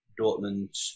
Dortmund